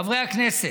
חברי הכנסת,